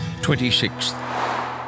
26th